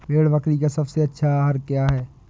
भेड़ बकरी का अच्छा आहार क्या है?